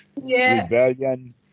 rebellion